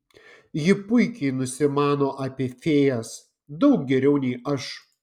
ji puikiai nusimano apie fėjas daug geriau nei aš